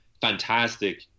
fantastic